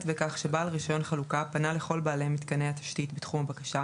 בכך שבעל רישיון חלוקה פנה לכל בעלי מתקני התשתית בתחום הבקשה,